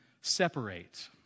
separate